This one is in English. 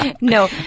No